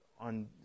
on